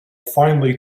finally